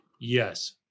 Yes